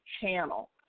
channel